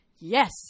yes